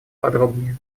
подробнее